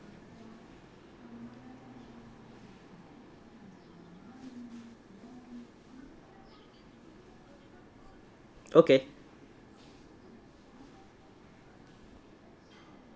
okay